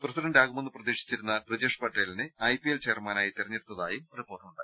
പ്രസിഡന്റാകുമെന്ന് പ്രതീക്ഷിച്ചി രുന്ന ബ്രിജേഷ് പട്ടേലിനെ ഐ പി എൽ ചെയർമാനായി തെരഞ്ഞെടുത്ത തായും റിപ്പോർട്ടുണ്ട്